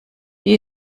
die